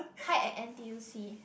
hide at n_t_u_c